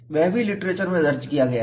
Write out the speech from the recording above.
वह भी लिटरेचर में दर्ज किया गया है